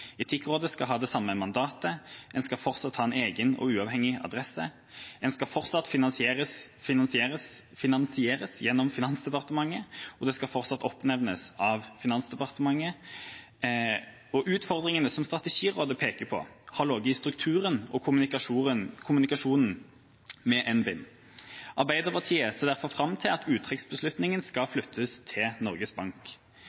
Etikkrådet skal ha det samme mandatet, det skal fortsatt ha en egen og uavhengig adresse, det skal fortsatt finansieres gjennom Finansdepartementet, og det skal fortsatt oppnevnes av Finansdepartementet. Utfordringene som Strategirådet pekte på, har ligget i strukturen og kommunikasjonen med NBIM. Arbeiderpartiet ser derfor fram til at uttrekksbeslutninga skal